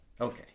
Okay